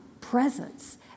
presence